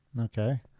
Okay